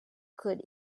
could